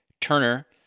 Turner